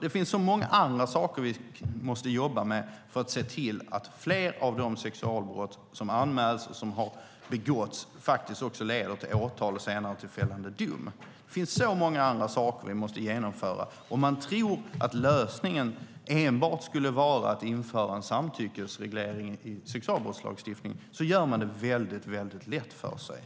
Det finns så många andra saker vi måste jobba med för att se till att fler av de sexualbrott som begås anmäls och leder till åtal och fällande dom. Tror man att hela lösningen är att införa en samtyckesreglering i sexualbrottslagstiftningen gör man det väldigt enkelt för sig.